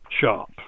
sharp